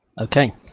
Okay